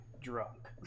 drunk